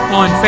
on